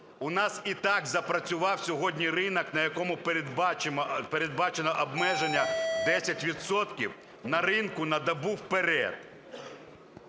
У нас і так запрацював сьогодні ринок, на якому передбачено обмеження 10 відсотків на ринку на добу вперед.